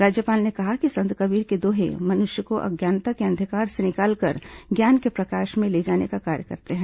राज्यपाल ने कहा कि संत कबीर के दोहे मनुष्य को अज्ञानता के अंधकार से निकालकर ज्ञान के प्रकाश में ले जाने का कार्य करते हैं